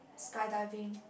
sky diving